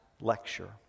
lecture